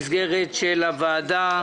במסגרת הוועדה.